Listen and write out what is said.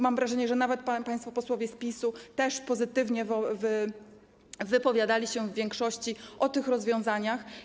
Mam wrażenie, że nawet państwo posłowie z PiS-u też pozytywnie wypowiadali się w większości o tych rozwiązaniach.